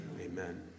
Amen